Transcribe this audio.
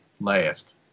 last